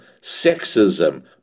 sexism